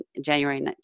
January